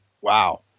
Wow